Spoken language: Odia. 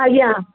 ଆଜ୍ଞା